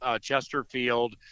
Chesterfield